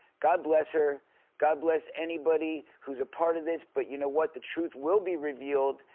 god bless her, god bless anybody who's a part of this, but you know what, the truth will be revealed,